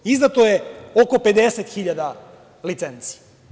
Izdato je oko 50 hiljada licenci.